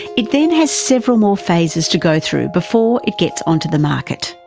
it then has several more phases to go through before it gets onto the market.